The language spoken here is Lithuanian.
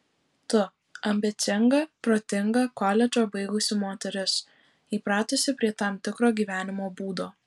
tu ambicinga protinga koledžą baigusi moteris įpratusi prie tam tikro gyvenimo būdo